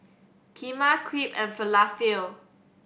Kheema Crepe and Falafel